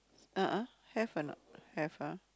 a'ah have or not have ah